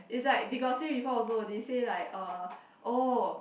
is like they got say before also they say like uh oh